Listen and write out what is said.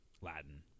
Latin